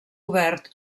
obert